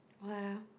what ah